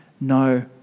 no